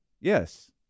yes